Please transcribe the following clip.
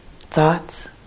thoughts